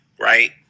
right